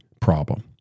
problem